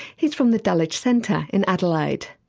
he's from the dulwich centre in adelaide.